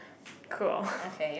cool